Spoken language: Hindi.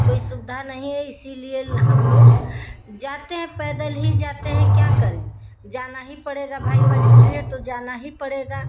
कोई सुविधा नहीं है इसलिए हम लोग जाते हैं पैदल ही जाते हैं क्या करें जाना ही पड़ेगा भाई मजबूरी है तो जाना ही पड़ेगा